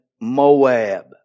Moab